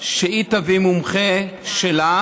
שהיא תביא מומחה שלה